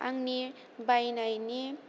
आंनि बायनायनि